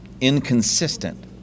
inconsistent